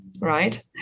Right